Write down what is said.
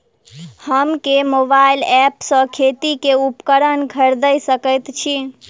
हम केँ mobile app सँ खेती केँ उपकरण खरीदै सकैत छी?